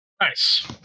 nice